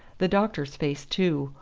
the doctor's face, too,